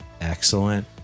Excellent